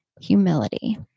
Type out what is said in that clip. humility